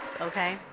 okay